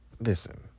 listen